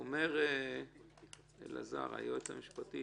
אומר היועץ המשפטי